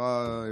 אני בטוח שהשרה,